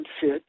fit